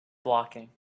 blocking